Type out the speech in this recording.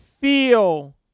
feel